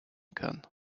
kann